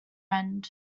end